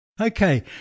Okay